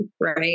right